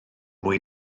mwy